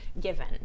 given